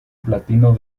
platino